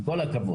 עם כל הכבוד.